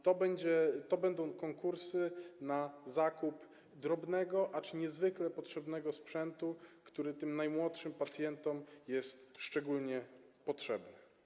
To będą konkursy na zakup drobnego, acz niezwykle potrzebnego sprzętu, który tym najmłodszym pacjentom jest szczególnie potrzebny.